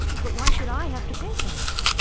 but why should i have to pay for that?